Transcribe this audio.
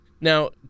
Now